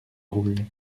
roule